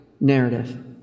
narrative